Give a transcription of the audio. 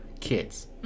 kids